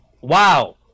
Wow